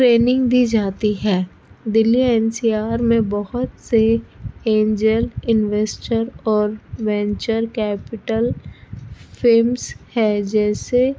training دی جاتی ہے دہلی این سی آر میں بہت سے اینجل انویسٹر اور وینچر کیپیٹل فمس ہے جیسے